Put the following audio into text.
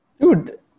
Dude